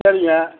சரிங்க